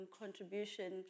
contribution